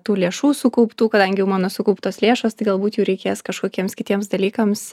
tų lėšų sukauptų kadangi jau mano sukauptos lėšos tai galbūt jų reikės kažkokiems kitiems dalykams